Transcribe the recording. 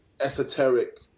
esoteric